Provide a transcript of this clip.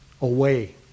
away